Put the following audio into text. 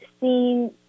seen